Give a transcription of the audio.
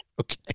Okay